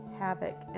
havoc